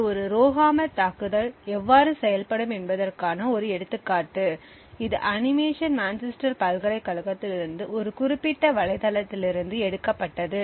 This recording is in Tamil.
இது ஒரு ரோஹம்மர் தாக்குதல் எவ்வாறு செயல்படும் என்பதற்கான ஒரு எடுத்துக்காட்டு இது அனிமேஷன் மான்செஸ்டர் பல்கலைக்கழகத்திலிருந்து ஒரு குறிப்பிட்ட வலைத்தளத்திலிருந்து எடுக்கப்பட்டது